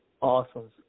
Awesome